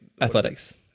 athletics